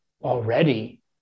already